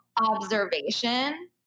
observation